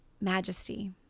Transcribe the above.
majesty